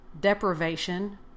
deprivation